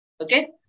Okay